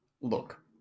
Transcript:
Look